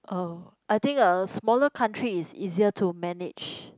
oh I think a smaller country is easier to manage